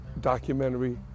documentary